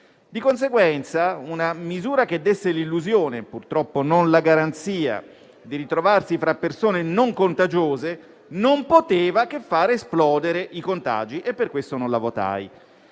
Di conseguenza, una misura che desse l'illusione, purtroppo non la garanzia, di ritrovarsi fra persone non contagiose non poteva che far esplodere i contagi e per questo non la votai.